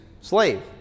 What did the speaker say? slave